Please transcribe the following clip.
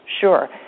Sure